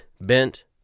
bent